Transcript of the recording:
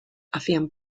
hacían